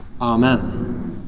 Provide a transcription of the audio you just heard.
Amen